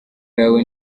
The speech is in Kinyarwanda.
yawe